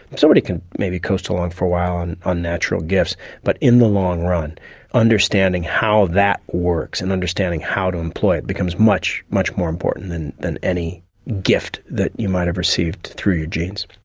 can maybe coast along for a while on on natural gifts but in the long run understanding how that works and understanding how to employ it becomes much, much more important than than any gift that you might have received through your genes.